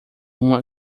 uma